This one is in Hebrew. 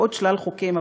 ועוד שלל חוקים.